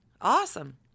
awesome